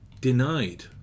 denied